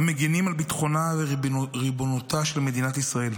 המגינים על ביטחונה ועל ריבונותה של מדינת ישראל.